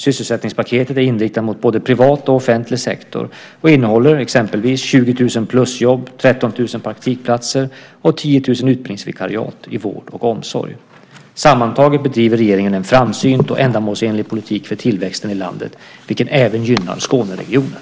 Sysselsättningspaketet är inriktat mot både privat och offentlig sektor och innehåller exempelvis 20 000 plusjobb, 13 000 praktikplatser och 10 000 utbildningsvikariat i vård och omsorg. Sammantaget bedriver regeringen en framsynt och ändamålsenlig politik för tillväxten i landet, vilket även gynnar Skåneregionen.